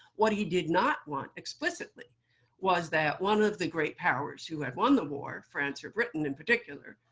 what he did not want explicitly was that one of the great powers who had won the war, france or britain, in particular,